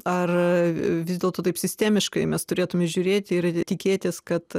ar vis dėlto taip sistemiškai mes turėtume žiūrėti ir tikėtis kad